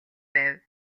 байв